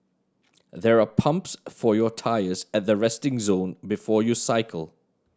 there are pumps for your tyres at the resting zone before you cycle